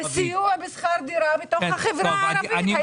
לגבי סיוע בשכר דירה בתוך החברה הערבית.